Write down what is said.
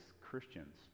Christians